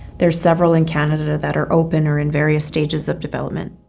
there are several in canada that are open or in various stages of development.